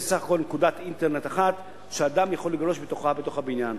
זו סך הכול נקודת אינטרנט אחת שאדם יכול לגלוש בזכותה בתוך הבניין.